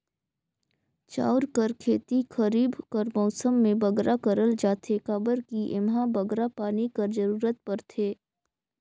चाँउर कर खेती खरीब कर मउसम में बगरा करल जाथे काबर कि एम्हां बगरा पानी कर जरूरत परथे